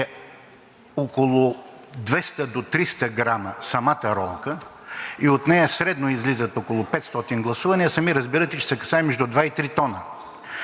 е около 200 до 300 грама самата ролка и от нея средно излизат около 500 гласувания, сами разбирате, че се касае между 2 и 3 тона,